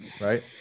right